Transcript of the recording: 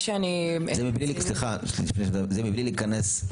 אני באמת אתייחס לכמה